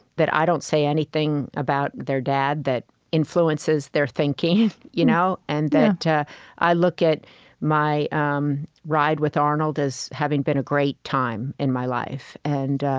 that i don't say anything about their dad that influences their thinking, you know and that i look at my um ride with arnold as having been a great time in my life. and